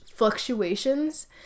Fluctuations